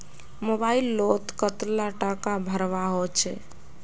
Mobile लोत कतला टाका भरवा होचे?